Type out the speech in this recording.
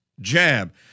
jab